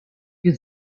più